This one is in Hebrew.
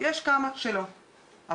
אומרים שיש לה דירוג מוסמך לפי ותק של 12. אלא